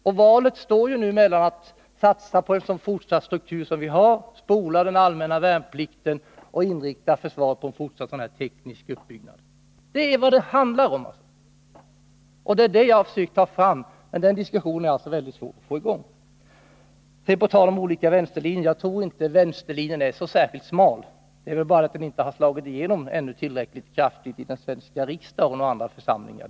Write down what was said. Och valet står nu mellan att antingen satsa på ett försvar med den struktur som det har eller spola den allmänna värnplikten och inrikta försvaret på en teknisk uppbyggnad. Det är vad det handlar om, och det är det jag har försökt föra fram. Men den diskussionen är det väldigt svårt att få i gång. När det gäller detta med olika linjer tror jag inte att vänsterlinjen är särskilt Nr 133 smal, men den har väl ännu inte tillräckligt kraftigt slagit igenom i den Torsdagen den svenska riksdagen och andra församlingar.